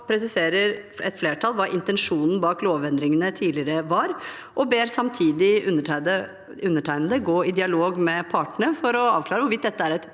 presiserer et flertall hva intensjonen bak lovendringene tidligere var, og ber samtidig undertegnede gå i dialog med partene for å avklare hvorvidt dette er et